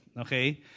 okay